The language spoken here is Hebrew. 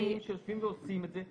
יש צוותים שלמים שיושבים ועושים את זה,